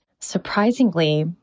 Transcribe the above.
Surprisingly